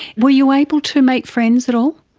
were you able to make friends at all?